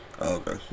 Okay